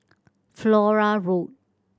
Flora Road